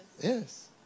Yes